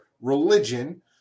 religion